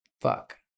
fuck